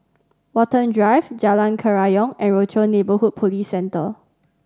Watten Drive Jalan Kerayong and Rochor Neighborhood Police Centre